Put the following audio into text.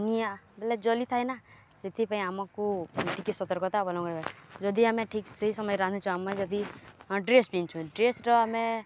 ନିଆଁ ବଲେ ଜଲି ଥାଏ ନା ସେଥିପାଇଁ ଆମକୁ ଟିକେ ସତର୍କତା ଅବଲମ୍ବନ ଯଦି ଆମେ ଠିକ ସେଇ ସମୟରେ ରାନ୍ଧୁଛୁ ଆମେ ଯଦି ଡ୍ରେସ୍ ପିନ୍ଧୁଛୁ ଡ୍ରେସ୍ର ଆମେ